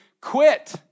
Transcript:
quit